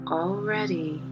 already